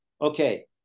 okay